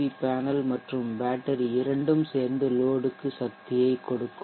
we panel மற்றும் battery இரண்டும் சேர்ந்து லோட்க்கு சக்தியைக் கொடுக்கும்